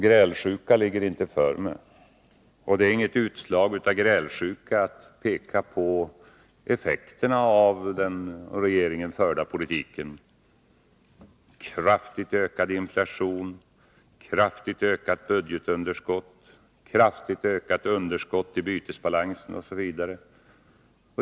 Grälsjuka ligger inte för mig, och det är inget utslag av grälsjuka att peka på effekterna av den av regeringen förda politiken: kraftigt ökad inflation, kraftigt ökat budgetunderskott, kraftigt ökat underskott i bytesbalansen osv.